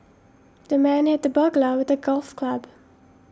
the man hit the burglar with the golf club